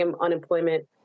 unemployment